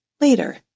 later